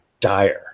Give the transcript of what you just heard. dire